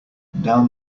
down